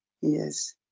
yes